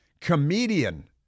comedian